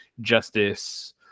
justice